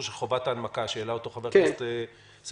של חובת ההנמקה שהעלה חבר הכנסת סגלוביץ'.